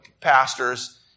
pastors